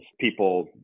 people